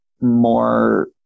more